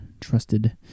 trusted